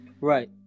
right